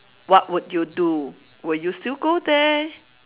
what would you do will you still go there